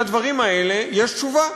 לדברים האלה יש תשובה.